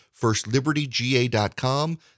Firstlibertyga.com